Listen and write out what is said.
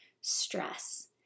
stress